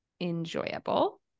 enjoyable